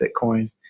Bitcoin